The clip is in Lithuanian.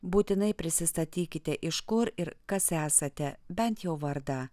būtinai prisistatykite iš kur ir kas esate bent jau vardą